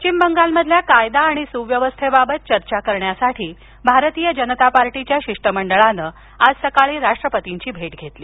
पश्चिम बंगालमधील कायदा आणि सुव्यवस्थेबाबत चर्चा करण्यासाठी भारतीय जनता पार्टीच्या शिष्टमंडळानं आज सकाळी राष्ट्रपतींची भेट घेतली